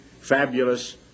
fabulous